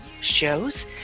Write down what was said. shows